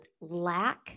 lack